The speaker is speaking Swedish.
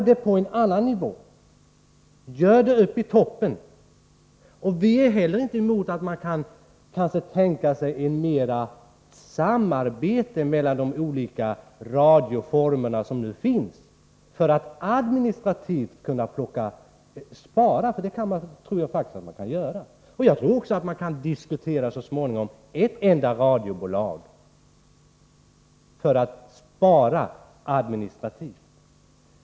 Det skall i stället göras på en annan nivå, i toppen. Inte heller är vi emot ett utvidgat samarbete mellan de olika radioformerna isyfte att göra besparingar. Jag tror faktiskt att man kan göra sådana. Vidare tror jag att man så småningom kan föra en diskussion om ett enda radiobolag, just för att administrativt göra besparingar.